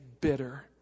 bitter